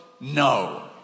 no